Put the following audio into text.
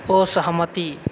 असहमति